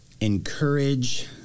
encourage